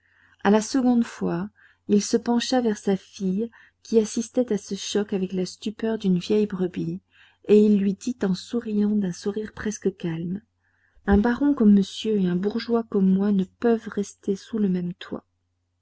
à la seconde fois il se pencha vers sa fille qui assistait à ce choc avec la stupeur d'une vieille brebis et lui dit en souriant d'un sourire presque calme un baron comme monsieur et un bourgeois comme moi ne peuvent rester sous le même toit